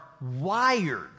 wired